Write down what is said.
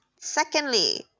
Secondly